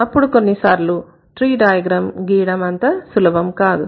అప్పుడు కొన్నిసార్లు tree diagram గీయడం అంత సులభం కాదు